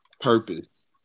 purpose